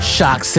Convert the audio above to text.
Shock